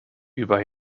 über